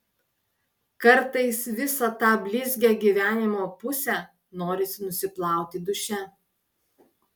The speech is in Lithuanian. kartais visą tą blizgią gyvenimo pusę norisi nusiplauti duše